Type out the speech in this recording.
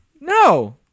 No